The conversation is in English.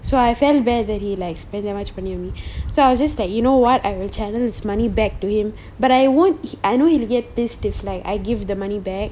so I felt bad that he like spends so much money on me so I just like you know I will channel his money back to him but I won't I know he will get pissed if like I give the money back